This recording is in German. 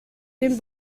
den